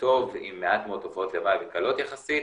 טוב עם מעט מאוד תופעות לוואי וקלות יחסית,